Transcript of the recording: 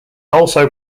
also